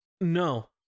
No